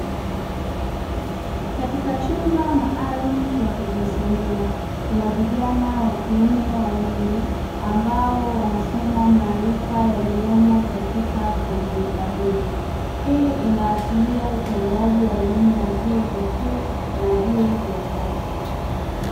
Katika chumba maalum cha kujisomea, kuna vijana wa kiume wawili ambao wanasoma maarifa yaliyomo katika komyuta hizo. Hii inaashiria utolewaji wa elimu wa vyuo vikuu na vyuo vya kati.